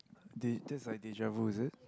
de~ that's like deja vu is it